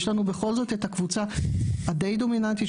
יש לנו בכל זאת את הקבוצה הדי דומיננטית,